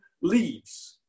leaves